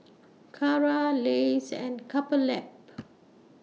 Kara Lays and Couple Lab